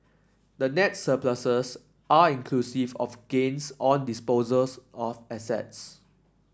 the net surpluses are inclusive of gains on disposals of assets